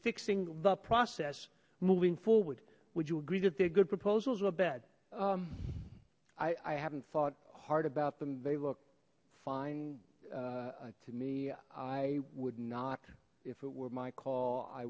fixing the process moving forward would you agree that they're good proposals were bed i i haven't thought hard about them they look fine to me i would not if it were my call i